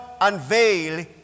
unveil